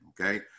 Okay